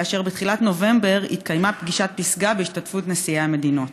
ובתחילת נובמבר התקיימה פגישת פסגה בהשתתפות נשיאי המדינות.